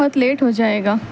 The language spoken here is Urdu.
بہت لیٹ ہو جائے گا